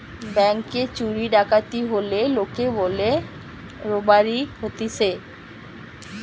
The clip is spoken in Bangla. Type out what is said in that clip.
ব্যাংকে চুরি ডাকাতি হলে লোকে বলে রোবারি হতিছে